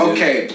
Okay